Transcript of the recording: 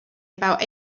about